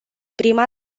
prima